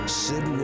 sid